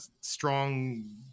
strong